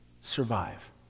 survive